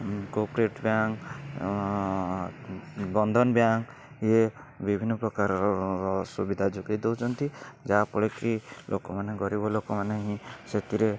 corporate bank Bandhan bank ଇଏ ବିଭିନ୍ନ ପ୍ରକାରର ସୁବିଧା ଯୋଗାଇ ଦେଉଛନ୍ତି ଯାହାଫଳେ କି ଲୋକମାନେ ଗରିବ ଲୋକମାନେ ହିଁ ସେଥିରେ